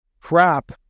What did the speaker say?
crap